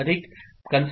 Qn' D'